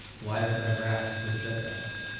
why is thy wrath so steadfast?